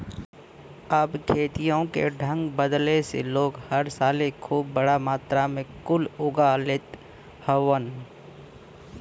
अब खेतियों के ढंग बदले से लोग हर साले खूब बड़ा मात्रा मे कुल उगा लेत हउवन